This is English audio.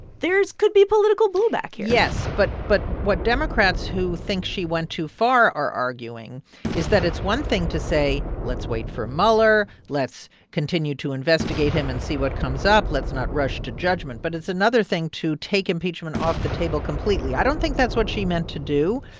there could be political blowback here yes. but but what democrats who think she went too far are arguing is that it's one thing to say, let's wait for mueller, let's continue to investigate him and see what comes up, let's not rush to judgment. but it's another thing to take impeachment off the table completely. i don't think that's what she meant to do.